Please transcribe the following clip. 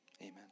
amen